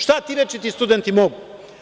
Šta ti večiti studenti mogu?